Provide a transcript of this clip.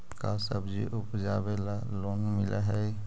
का सब्जी उपजाबेला लोन मिलै हई?